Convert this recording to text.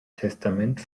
testament